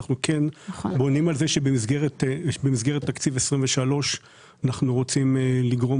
במסגרת תקציב 2023 אנחנו רוצים להוסיף